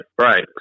right